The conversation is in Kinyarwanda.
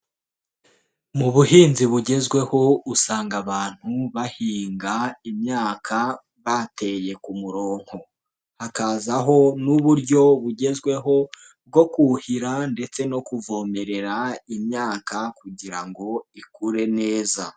Mu buhinzi bugezweho usanga abantu bahinga imyaka bateye ku muronko, hakazaho n'uburyo bugezweho bwo kuhira ndetse no kuvomerera imyaka kugira ngo ikure neza.